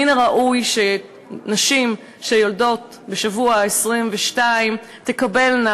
מן הראוי שנשים שיולדות בשבוע ה-22 תקבלנה